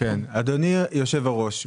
אדוני היושב-ראש,